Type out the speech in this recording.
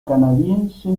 canadiense